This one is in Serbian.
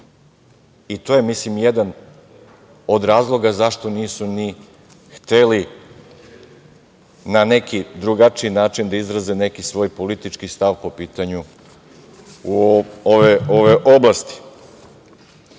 je, ja mislim, jedan od razloga zašto nisu ni hteli na neki drugačiji način da izrade neki svoj politički stav po pitanju ove oblasti. Naravno